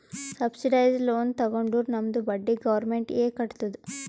subsidised loan ತಗೊಂಡುರ್ ನಮ್ದು ಬಡ್ಡಿ ಗೌರ್ಮೆಂಟ್ ಎ ಕಟ್ಟತ್ತುದ್